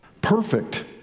perfect